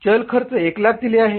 चल खर्च 100000 दिले आहे